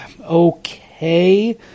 okay